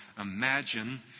imagine